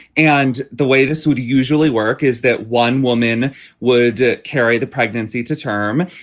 and the way this would usually work is that one woman would carry the pregnancy to term.